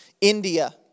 India